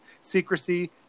secrecy